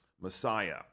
Messiah